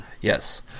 Yes